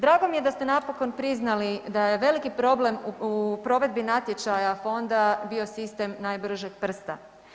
Drago mi je da ste napokon priznali da je veliki problem u provedbi natječaja fonda bio sistem najbržeg prsta.